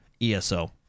ESO